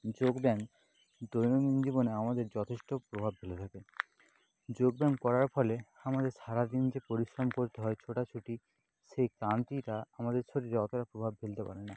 যোগব্যায়াম দৈনন্দিন জীবনে আমাদের যথেষ্ট প্রভাব ফেলে থাকে যোগব্যায়াম করার ফলে আমাদের সারাদিন যে পরিশ্রম করতে হয় ছোটাছুটি সেই ক্লান্তিটা আমাদের শরীরে অতোটা প্রভাব ফেলতে পারে না